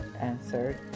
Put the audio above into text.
answered